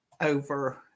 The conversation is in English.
over